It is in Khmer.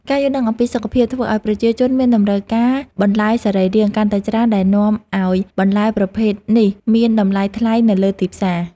ការយល់ដឹងអំពីសុខភាពធ្វើឱ្យប្រជាជនមានតម្រូវការបន្លែសរីរាង្គកាន់តែច្រើនដែលនាំឱ្យបន្លែប្រភេទនេះមានតម្លៃថ្លៃនៅលើទីផ្សារ។